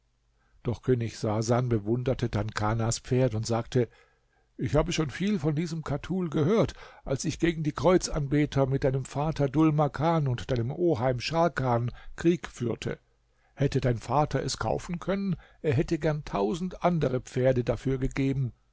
der könig sasan bewunderte dann kanas pferd und sagte ich habe schon viel von diesem katul gehört als ich gegen die kreuzanbeter mit deinem vater dhul makan und deinem oheim scharkan krieg führte hätte dein vater es kaufen können er hätte gern tausend andere pferde dafür gegeben